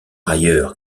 ailleurs